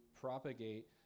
propagate